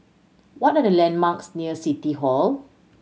what are the landmarks near City Hall